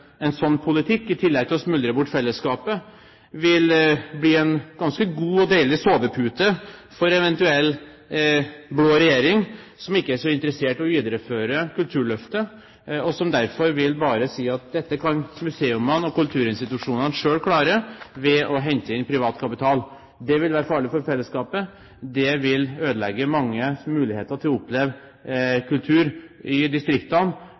en slik politikk i tillegg til å smuldre bort fellesskapet vil bli en ganske god og deilig sovepute for en eventuell blå regjering som ikke er så interessert i å videreføre Kulturløftet, og som derfor bare vil si at dette kan museene og kulturinstitusjonene selv klare ved å hente inn privat kapital. Det vil være farlig for fellesskapet, det vil ødelegge manges muligheter til å oppleve kultur i distriktene